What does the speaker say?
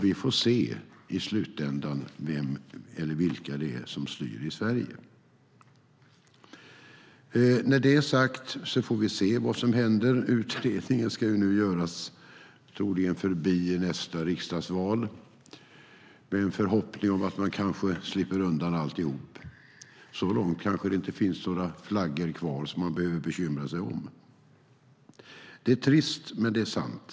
Vi får se i slutändan vem eller vilka det är som styr i Sverige. När detta är sagt får vi se vad som händer. Utredningen ska nu göras, troligen förbi nästa riksdagsval, med en förhoppning om att man kanske slipper undan alltihop. Snart kanske det inte finns några flaggor kvar som man behöver bekymra sig om. Det är trist men det är sant.